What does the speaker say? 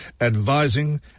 advising